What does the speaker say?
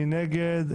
מי נגד?